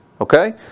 okay